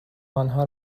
آنها